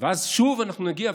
ואז שוב אנחנו נגיע,